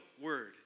word